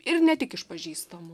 ir ne tik iš pažįstamų